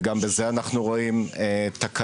וגם בזה אנחנו רואים תקלה.